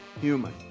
human